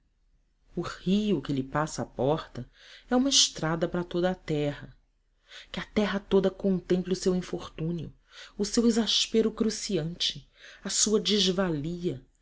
o rio que lhe passa à porta é uma estrada para toda a terra que a terra toda contemple o seu infortúnio o seu exaspero cruciante a sua desvalia